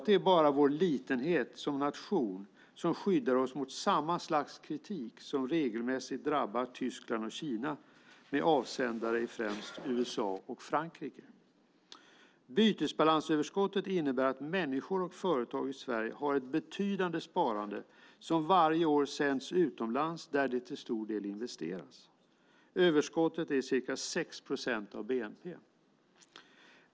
Det är bara vår litenhet som nation som skyddar oss mot samma slags kritik som regelmässigt drabbar Tyskland och Kina med avsändare i främst USA och Frankrike. Bytesbalansöverskottet innebär att människor och företag i Sverige har ett betydande sparande som varje år sänds utomlands där det till stor del investeras. Överskottet är ca 6 procent av bnp.